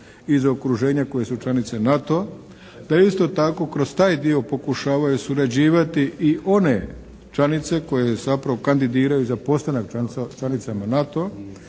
iz okruženja koje su članice NATO-a. Da isto tako kroz taj dio pokušavaju surađivati i one članice koje zapravo kandidiraju za postanak članicama NATO-a